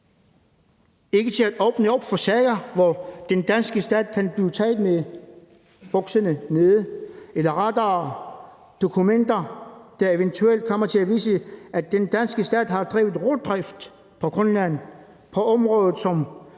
ikke til at åbne op for sager, hvor den danske stat kan blive taget med bukserne nede, eller rettere, dokumenter, der eventuelt kommer til at vise, at den danske stat har drevet rovdrift på Grønland